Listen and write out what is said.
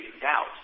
doubt